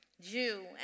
Jew